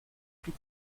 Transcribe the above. plus